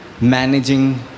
managing